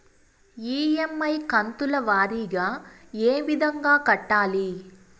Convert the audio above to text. EMI కంతుల వారీగా ఏ విధంగా కట్టాలి